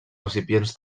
recipients